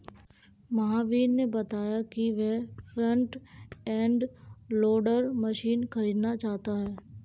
महावीर ने बताया कि वह फ्रंट एंड लोडर मशीन खरीदना चाहता है